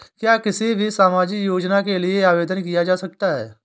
क्या किसी भी सामाजिक योजना के लिए आवेदन किया जा सकता है?